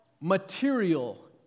material